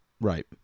Right